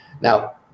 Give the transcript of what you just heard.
Now